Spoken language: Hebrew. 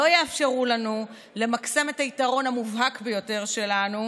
לא תאפשר לנו למקסם את היתרון המובהק ביותר שלנו,